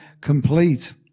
complete